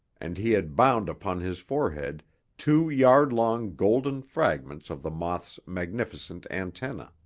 and he had bound upon his forehead two yard-long, golden fragments of the moth's magnificent antennae.